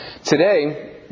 Today